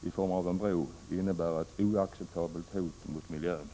i form av en bro innebära ett oacceptabelt hot mot miljön?